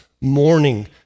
morning